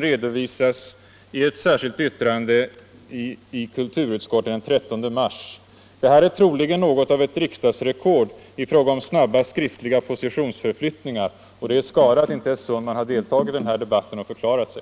redovisas i ett särskilt yttrande i kulturutskottet den 13 mars. Detta är troligen något av ett riksdagsrekord när det gäller snabba skriftliga positionsförflyttningar, och det är skada att inte herr Sundman har deltagit i den här debatten och förklarat sig.